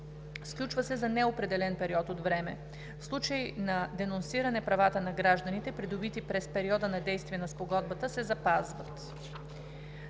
Сключва се за неопределен период от време. В случай на денонсиране правата на гражданите, придобити през периода на действие на Спогодбата, се запазват.